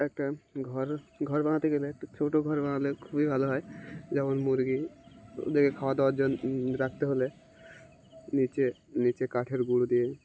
একটা ঘর ঘর বানাতে গেলে একটু ছোটো ঘর বানালে খুবই ভালো হয় যেমন মুরগি ওদেরকে খাওয়া দাওয়ার জন্য রাখতে হলে নিচে নিচে কাঠের গুঁড়ো দিয়ে